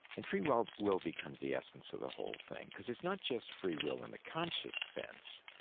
and free will will becomes the essence of the whole thing. because it's not just free will in the conscious sense,